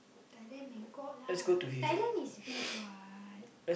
Thailand Bangkok lah Thailand is big what